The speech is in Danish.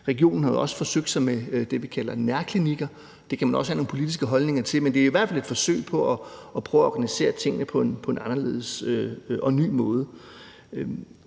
Regionen har også forsøgt sig med det, vi kalder nærklinikker, og det kan man også have nogle politiske holdninger til, men det er i hvert fald et forsøg på at organisere tingene på en anderledes